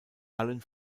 allen